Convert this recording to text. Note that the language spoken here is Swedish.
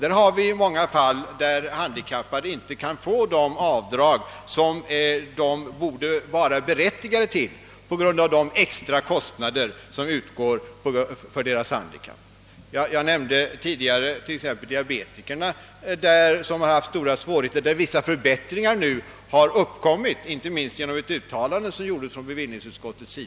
Det finns många fall där handikappade inte kan få de avdrag som de borde vara berättigade till på grund av de extra kostnader som deras handikapp medför. Jag nämnde tidigare t.ex. diabetikerna, som har haft stora svårigheter. Vissa förbättringar har nu skett, inte minst efter ett uttalande som gjordes av <bevillningsutskottet.